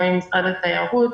גם עם משרד התיירות.